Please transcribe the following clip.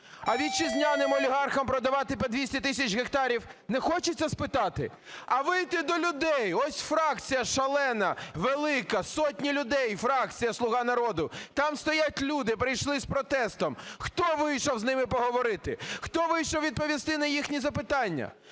А вітчизняним олігархам продавати по 200 тисяч гектарів не хочеться спитати? А вийти до людей, ось фракція шалена, велика, сотні людей, фракція "Слуга народу", там стоять люди, прийшли з протестом, хто вийшов з ними поговорити, хто вийшов відповісти на їхні запитання?